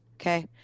Okay